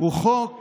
הוא חוק